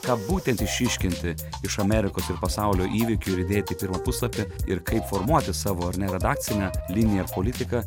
ką būtent išryškinti iš amerikos ir pasaulio įvykių ir įdėti į pirmą puslapį ir kaip formuoti savo ar ne redakcinę liniją politiką